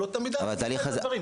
וזה משהו שאנחנו רוצים לתקן אותו,